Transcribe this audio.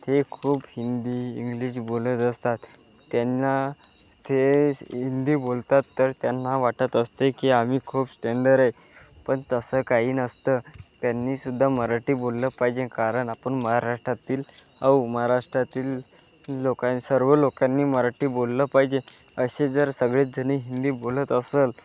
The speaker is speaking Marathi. ते खूप हिंदी इंग्लिश बोलत असतात त्यांना ते हिंदी बोलतात तर त्यांना वाटत असते की आम्ही खूप स्टँडर आहे पण तसं काही नसतं त्यांनी सुद्धा मराठी बोललं पाहिजे कारण आपण महाराष्ट्रातील आहो महाराष्ट्रातील लोकां सर्व लोकांनी मराठी बोललं पाहिजे असे जर सगळेचजण हिंदी बोलत असेल